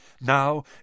Now